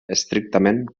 estrictament